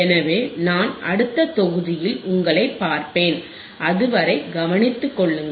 எனவே நான் அடுத்த தொகுதியில் உங்களைப் பார்ப்பேன் அதுவரை கவனித்துக் கொள்ளுங்கள்